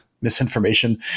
misinformation